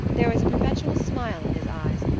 there was a perpetual smile in his eyes,